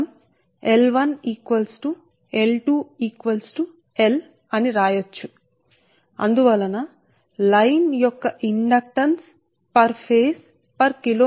L1 ను L12 కు సమానం ఇప్పుడు ఈ సమీకరణం 35 నుండి మొదటి పదం కండక్టర్ యొక్క కల్పిత వ్యాసార్థం యొక్క ఫంక్షన్ మాత్రమే అని స్పష్టమవుతుంది ఈ పదం r యొక్క ఫంక్షన్ మాత్రమే మరియు రెండవ పదం D యొక్క ఫంక్షన్ మాత్రమేసరే